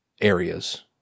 areas